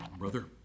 Brother